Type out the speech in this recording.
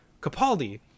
capaldi